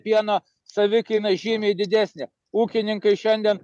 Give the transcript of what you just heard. pieno savikaina žymiai didesnė ūkininkai šiandien